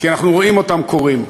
כי אנחנו רואים אותם קורים.